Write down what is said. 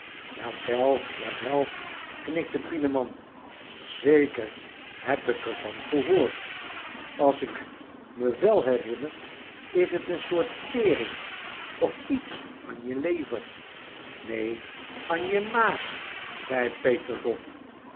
jawel jawel knikte pieneman zeker heb k r van gehoord as k me wèl herinner is t n soort tering of iets an je lever nee an je mààg zei peter